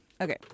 Okay